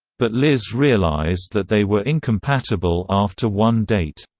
but liz realized that they were incompatible after one date.